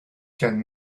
can